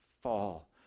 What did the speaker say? fall